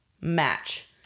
match